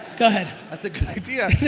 go ahead. that's a good idea!